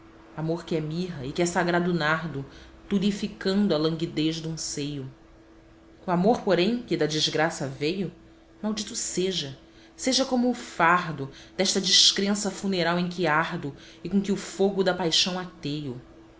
amor que é mirra e que é sagrado nardo turificando a languidez dum seio o amor porém que da desgraça veio maldito seja seja como o fardo desta descrença funeral em que ardo e com que o fogo da paixão ateio